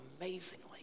amazingly